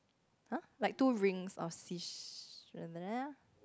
!huh! like two rings of sea